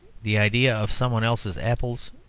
the idea of some one else's apples,